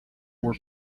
were